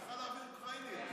היא צריכה להביא אוקראינים.